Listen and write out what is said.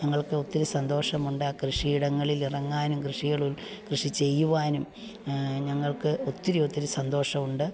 ഞങ്ങൾക്ക് ഒത്തിരി സന്തോഷമുണ്ട് ആ കൃഷിയിടങ്ങളിൽ ഇറങ്ങാനും കൃഷികൾ കൃഷി ചെയ്യുവാനും ഞങ്ങൾക്ക് ഒത്തിരി ഒത്തിരി സന്തോഷമുണ്ട്